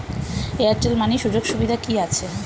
Airtel money সুযোগ সুবিধা কি আছে?